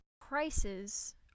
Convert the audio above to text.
prices